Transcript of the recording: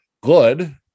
good